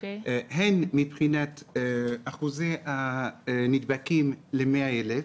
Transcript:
מבחינת אחוזי הנדבקים ל-100,000,